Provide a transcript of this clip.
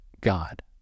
God